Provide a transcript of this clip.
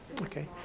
Okay